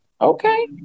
okay